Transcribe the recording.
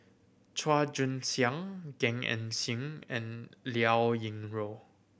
Chua Joon Siang Gan Eng Seng and Liao Yingru